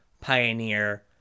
pioneer